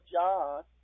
John